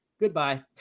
Goodbye